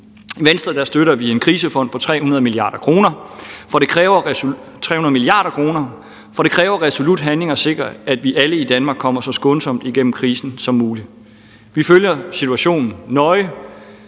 I Venstre støtter vi en krisefond på 300 mia. kr., for det kræver resolut handling at sikre, at vi alle i Danmark kommer så skånsomt igennem krisen som muligt. Vi følger situationen nøje,